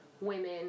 women